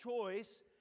choice